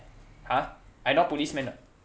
!huh! I not policeman ah